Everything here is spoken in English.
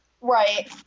Right